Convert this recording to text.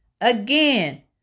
Again